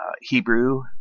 Hebrew